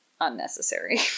unnecessary